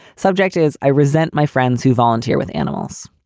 subject is i resent my friends who volunteer with animals.